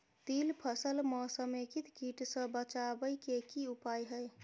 तिल फसल म समेकित कीट सँ बचाबै केँ की उपाय हय?